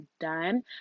done